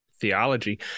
theology